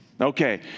Okay